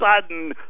sudden